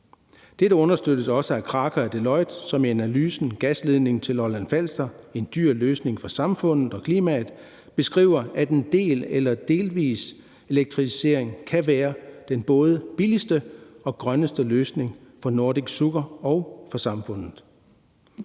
Dette understøttes også af Kraka og Deloitte, som i analysen »Gasledning til Lolland-Falster – en dyr løsning for samfundet og klimaet« beskriver, at en delvis elektrificering kan være den både billigste og grønneste løsning for Nordic Sugar og for samfundet.